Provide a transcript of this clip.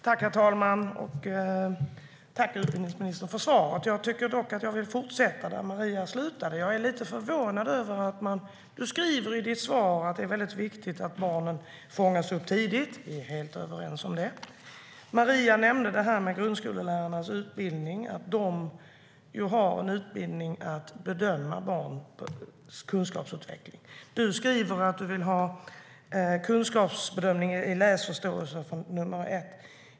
Herr talman! Jag tackar utbildningsministern för svaret. Maria nämnde detta med grundskollärarnas utbildning, att de har en utbildning att bedöma barns kunskapsutveckling. Du säger att du vill ha kunskapsbedömning i läsförståelse från årskurs 1.